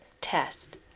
test